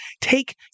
take